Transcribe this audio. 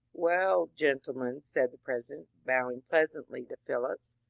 well, gentlemen, said the president, bowing pleasantly to phillips,